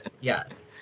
yes